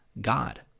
God